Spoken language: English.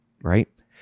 right